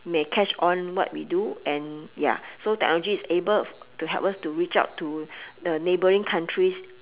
may catch on what we do and ya so technology is able to help us to reach out to uh neighboring countries